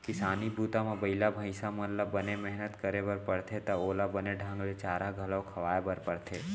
किसानी बूता म बइला भईंसा मन ल बने मेहनत करे बर परथे त ओला बने ढंग ले चारा घलौ खवाए बर परथे